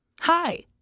Hi